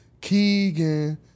Keegan